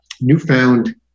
newfound